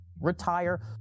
retire